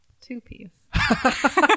two-piece